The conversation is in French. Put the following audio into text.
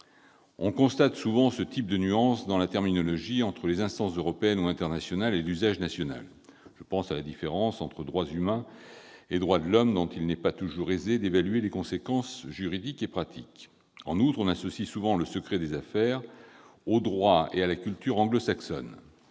On constate souvent ce type de nuance dans la terminologie entre les instances européennes ou internationales et l'usage national. Je pense ainsi à la différence entre les droits humains et les droits de l'homme, dont il n'est pas toujours aisé d'évaluer les conséquences juridiques et pratiques. En outre, on associe souvent le secret des affaires à la culture et au droit anglo-saxons.